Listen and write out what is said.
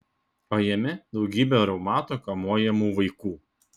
o jame daugybė reumato kamuojamų vaikų